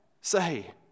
say